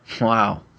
Wow